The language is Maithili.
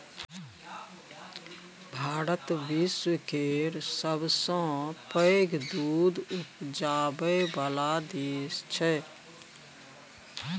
भारत विश्व केर सबसँ पैघ दुध उपजाबै बला देश छै